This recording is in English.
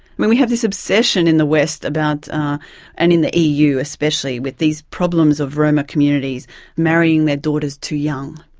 we have this obsession in the west about and in the eu especially, with these problems of roma communities marrying their daughters too young,